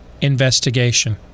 investigation